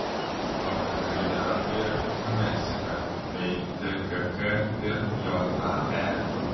vakar žaidė anglija ir meksika bei dkk ir jae